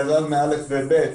אל עזזמה א' ו-ב'